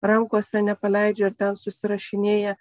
rankose nepaleidžia ar ten susirašinėja